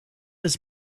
his